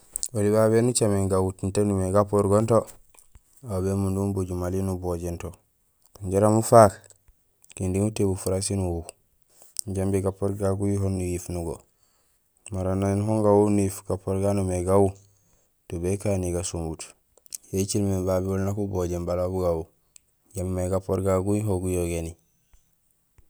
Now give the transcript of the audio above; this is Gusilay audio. Oli babé éni ucaméén gawu tiin taan umimé gapoor gonto, aw bémundum ubajul mali nubojéén to jaraam ufaak kinding utébul furasi miin uwu jambi gapoor gagu guyuho nuyiif nugo. Mara néén hon gawu nuyiif gapoor gagu gaan noomé gawu do békani gasomut. Yécilmé babé oli nak ubojéén bala bu gawu jambi may gapoor gagu guyuho guyogéni